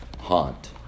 haunt